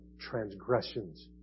transgressions